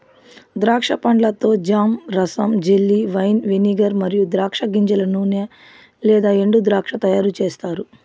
ద్రాక్ష పండ్లతో జామ్, రసం, జెల్లీ, వైన్, వెనిగర్ మరియు ద్రాక్ష గింజల నూనె లేదా ఎండుద్రాక్ష తయారుచేస్తారు